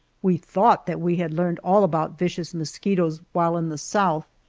we thought that we had learned all about vicious mosquitoes while in the south,